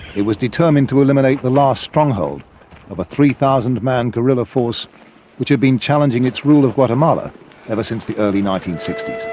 it was determined to eliminate the last stronghold of a three thousand man guerrilla force which had been challenging its rule of guatemala ever since the early nineteen sixty s.